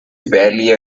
valley